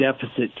deficit